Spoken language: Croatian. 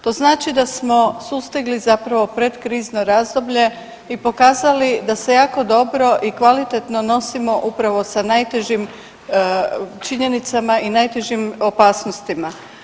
To znači da smo sustigli zapravo predkrizno razdoblje i pokazali da se jako dobro i kvalitetno nosimo upravo sa najtežim činjenicama i najtežim opasnostima.